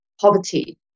poverty